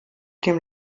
dem